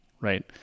right